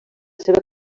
seva